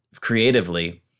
creatively